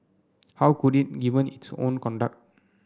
how could it given its own conduct